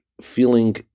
feeling